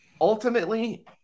ultimately